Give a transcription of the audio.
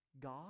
God